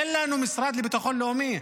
אין לנו משרד לביטחון לאומי.